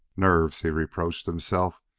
nerves! he reproached himself.